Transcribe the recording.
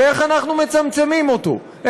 ואיך אנחנו מצמצמים אותו.